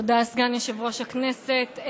תודה, סגן יושב-ראש הכנסת.